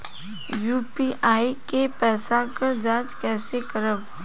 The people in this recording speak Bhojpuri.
यू.पी.आई के पैसा क जांच कइसे करब?